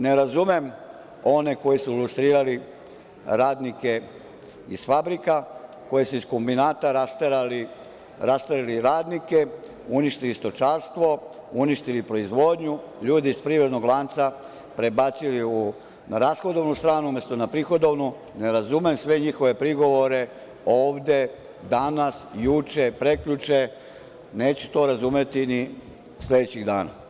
Ne razumem one koji su lustrirali radnike iz fabrika, koji su iz kombinata rasterali radnike, uništili stočarstvo, uništili proizvodnju, ljude iz privrednog lanca prebacili na rashodovanu stranu, umesto na prihodovnu, ne razumem sve njihove prigovore ovde danas, juče, prekjuče, a neću to razumeti ni sledećih dana.